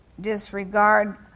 disregard